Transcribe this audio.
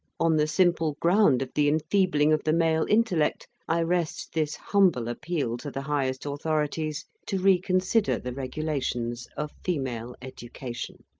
on the simple ground of the enfeebling of the male intellect, i rest this humble appeal to the highest authorities to reconsider the regulations of female education.